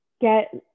get